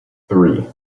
three